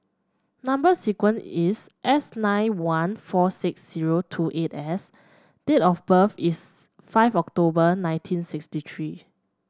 number sequence is S nine one four six zero two eight S and date of birth is five October nineteen sixty three